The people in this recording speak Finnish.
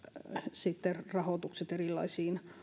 sitten rahoitukset erilaisiin